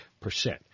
percent